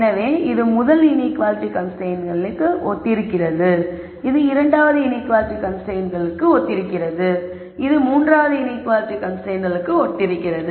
எனவே இது முதல் இன்ஈக்குவாலிட்டி கன்ஸ்ரைன்ட்ஸ்க்கு ஒத்திருக்கிறது இது இரண்டாவது இன்ஈக்குவாலிட்டி கன்ஸ்ரைன்ட்ஸ்க்கு ஒத்திருக்கிறது இது மூன்றாவது இன்ஈக்குவாலிட்டி கன்ஸ்ரைன்ட்ஸ்களுக்கு ஒத்திருக்கிறது